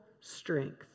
strength